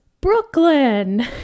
Brooklyn